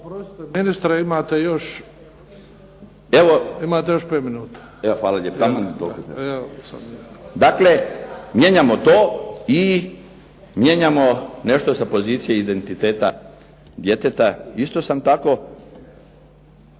ministre imate još 5 minuta. **Milinović, Darko (HDZ)** Dakle, mijenjamo to i mijenjamo nešto sa pozicije identiteta djeteta. Isto sam tako